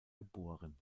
geboren